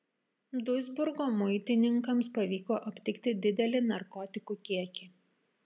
duisburgo muitininkams pavyko aptikti didelį narkotikų kiekį